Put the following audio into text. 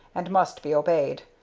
and must be obeyed.